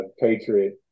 patriot